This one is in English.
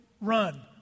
run